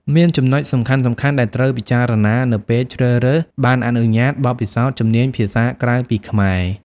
មានចំណុចសំខាន់ៗដែលត្រូវពិចារណានៅពេលជ្រើសរើស ប័ណ្ណអនុញ្ញាត បទពិសោធន៍ ជំនាញភាសាក្រៅពីខ្មែរ។